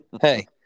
Hey